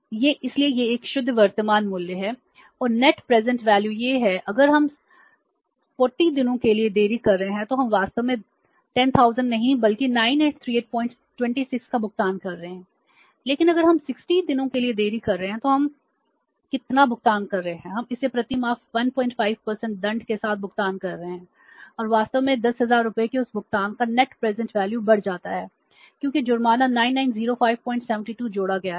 यह इसलिए यह एक शुद्ध वर्तमान मूल्य है एक और नेट प्रेजेंट वैल्यू बढ़ जाता है क्योंकि जुर्माना 990572 जोड़ा गया है